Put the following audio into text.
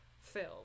film